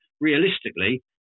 realistically